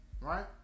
right